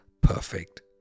perfect